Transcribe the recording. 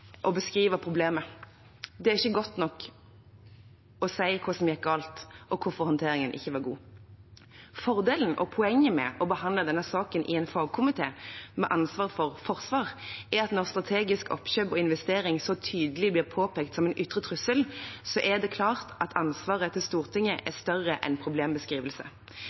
å beskrive problemet. Det er ikke godt nok å si hva som gikk galt, og hvorfor håndteringen ikke var god. Fordelen og poenget med å behandle denne saken i en fagkomité med ansvar for forsvar er at når strategisk oppkjøp og investering så tydelig blir påpekt som en ytre trussel, er det klart at Stortingets ansvar er større enn problembeskrivelse.